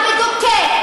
המדוכא,